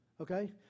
Okay